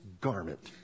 garment